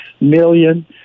million